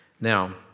Now